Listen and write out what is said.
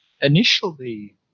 Initially